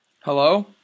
Hello